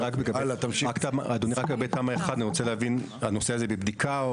לגבי תמ"א1, הנושא הזה בבדיקה?